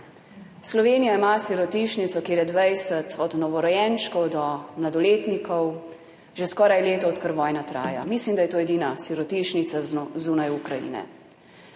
Slovenija ima sirotišnico, kjer je dvajset, od novorojenčkov do mladoletnikov, že skoraj leto, odkar vojna traja. Mislim, da je to edina sirotišnica zunaj Ukrajine.